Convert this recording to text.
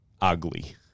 ugly